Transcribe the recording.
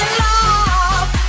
love